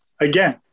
Again